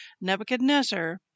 Nebuchadnezzar